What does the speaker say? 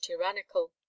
tyrannical